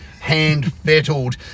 hand-fettled